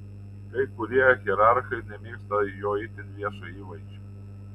kai kurie hierarchai nemėgsta jo itin viešo įvaizdžio